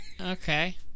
okay